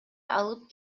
алып